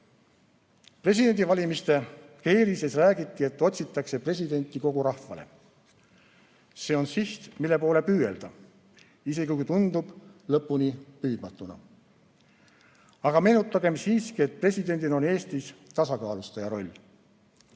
Presidendivalimiste keerises räägiti, et otsitakse presidenti kogu rahvale. See on siht, mille poole püüelda, isegi kui see tundub lõpuni püüdmatuna. Aga meenutagem siiski, et presidendil on Eestis tasakaalustaja roll.